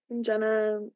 Jenna